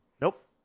Nope